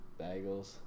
Bagels